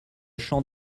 champ